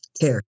care